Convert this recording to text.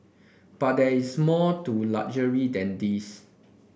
but there is more to luxury than these